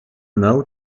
não